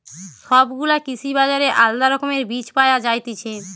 সব গুলা কৃষি বাজারে আলদা রকমের বীজ পায়া যায়তিছে